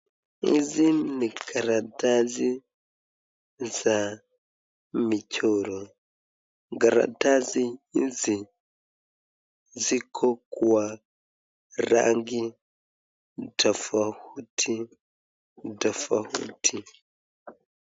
Hizi ni karatasi za michoro, karatasi hizi ziko Kwa rangi tafauti tafauti.